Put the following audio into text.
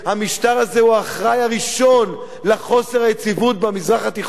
המשטר הזה הוא האחראי הראשון לחוסר היציבות במזרח התיכון.